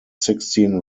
sixteen